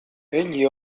egli